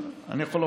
באיזו